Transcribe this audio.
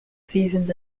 seasons